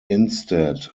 instead